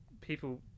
People